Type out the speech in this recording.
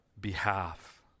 behalf